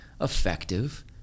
effective